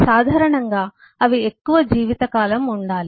సాధారణంగా అవి ఎక్కువ జీవిత కాలం ఉండాలి